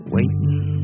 Waiting